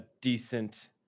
decent